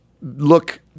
look